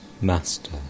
Master